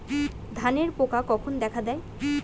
ধানের পোকা কখন দেখা দেয়?